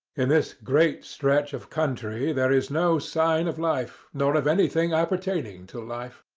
in this great stretch of country there is no sign of life, nor of anything appertaining to life.